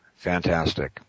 Fantastic